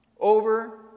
Over